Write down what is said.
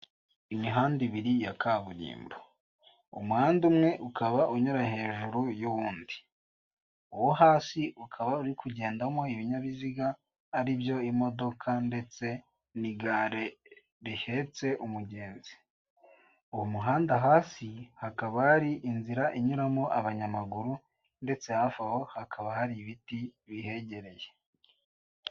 Imihanda ibiri ya kaburimbo. Umuhanda umwe ukaba unyura hejuru y'undi; uwo hasi ukaba uri kugendamo ibinyabiziga aribyo; imodoka ndetse n'igare rihetse umugenzi. Uwo muhanda hasi hakaba hari inzira inyuramo abanyamaguru, ndetse hafi aho hakaba hari ibiti bihegereye.